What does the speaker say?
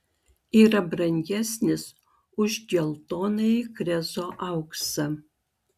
yra brangesnis už geltonąjį krezo auksą